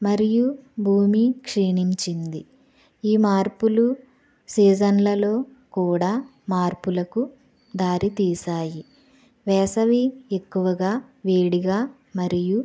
మరియు భూమి క్షీణించింది ఈ మార్పులు సీజన్లలో కూడా మార్పులకు దారితీసాయి వేసవి ఎక్కువగా వేడిగా మరియు